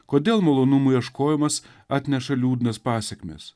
kodėl malonumų ieškojimas atneša liūdnas pasekmes